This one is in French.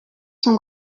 son